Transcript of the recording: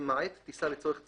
למעט טיסה לצורך צניחה,